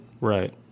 Right